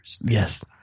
Yes